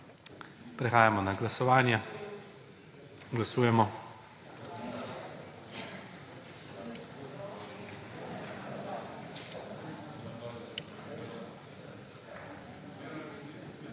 Prehajamo na glasovanje. Glasujemo.